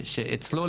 שאצלו,